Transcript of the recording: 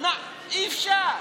אי-אפשר.